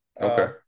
Okay